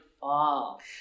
fall